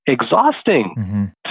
Exhausting